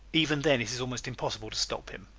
even then it is almost impossible to stop him.